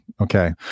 okay